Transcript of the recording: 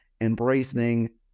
embracing